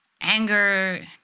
anger